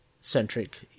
centric